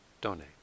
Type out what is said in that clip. donate